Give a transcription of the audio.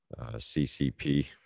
CCP